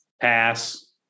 Pass